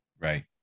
right